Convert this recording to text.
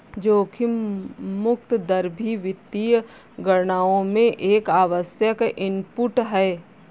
जोखिम मुक्त दर भी वित्तीय गणनाओं में एक आवश्यक इनपुट है